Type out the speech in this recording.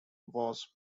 was